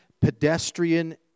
pedestrian